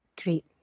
Great